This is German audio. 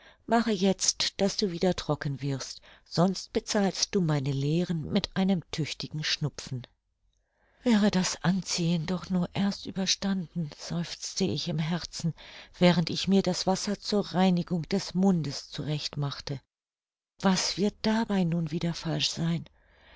mache jetzt daß du wieder trocken wirst sonst bezahlst du meine lehren mit einem tüchtigen schnupfen wäre dies anziehen doch nur erst überstanden seufzte ich im herzen während ich mir das wasser zur reinigung des mundes zurecht machte was wird dabei nun wieder falsch sein